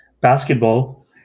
basketball